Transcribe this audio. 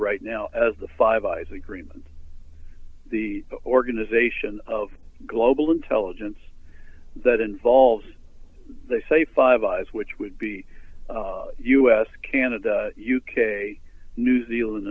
right now as the five eyes agreement the organization of global intelligence that involves they say five eyes which would be u s canada u k new zealand